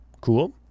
Cool